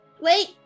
Wait